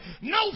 No